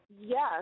Yes